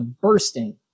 bursting